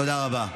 תודה רבה.